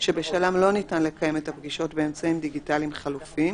שבשלם לא ניתן לקיים את הפגישות באמצעים דיגיטליים חלופיים,